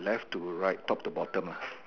left to right top to bottom